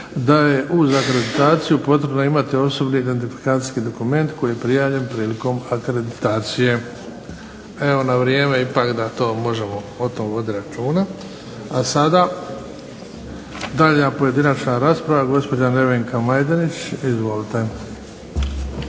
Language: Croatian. da je uz akreditaciju potrebno imati osobni identifikacijski dokument koji je prijavljen prilikom akreditacije. Na vrijeme da možemo o tome voditi računa. A sada daljnja pojedinačna rasprava, gospođa Nevenka Majdenić. Izvolite.